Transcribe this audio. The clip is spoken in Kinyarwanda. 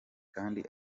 kandi